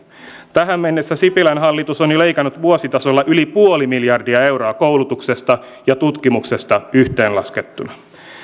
tähän mennessä sipilän hallitus on jo leikannut vuositasolla yli puoli miljardia euroa koulutuksesta ja tutkimuksesta yhteen laskettuna